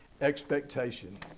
expectation